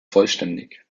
vollständig